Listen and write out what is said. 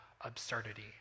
absurdity